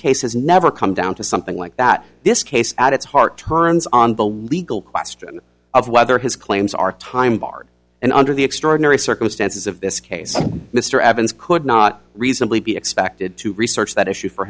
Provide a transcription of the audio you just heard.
has never come down to something like that this case at its heart turns on the legal question of whether his claims are time barred and under the extraordinary circumstances of this case mr evans could not reasonably be expected to research that issue for